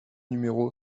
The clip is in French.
numéro